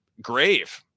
grave